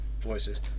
voices